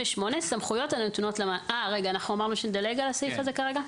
58.סמכויות הנתונות למאסדר אמרנו שנדלג על הסעיף הזה כרגע.